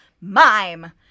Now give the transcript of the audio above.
Mime